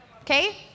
okay